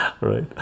right